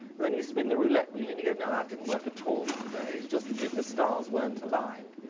then you spin the roulette wheel and you go, no, that didn't work at all today. just did the stars weren't aligned.